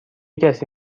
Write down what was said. کسی